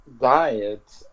diet